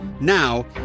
Now